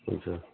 اچھا